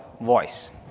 voice